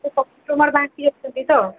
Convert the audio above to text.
ସେ କଷ୍ଟମର ବାକି ଅଛନ୍ତି ତ